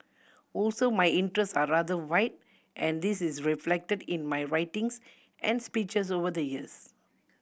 also my interest are rather wide and this is reflected in my writings and speeches over the years